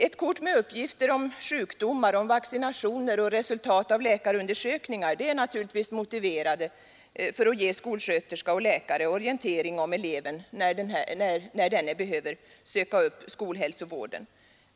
Ett kort med uppgifter om sjukdomar, om vaccinationer och resultat av läkarundersökningar är naturligtvis motiverat för att ge skolsköterskor och skolläkare orientering om eleven när denne behöver söka upp skolhälsovården.